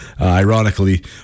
ironically